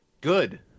good